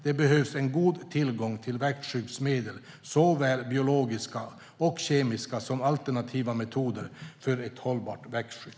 Det behövs en god tillgång till växtskyddsmedel, såväl biologiska och kemiska som alternativa metoder, för ett hållbart växtskydd.